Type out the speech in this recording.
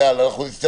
אני חושבת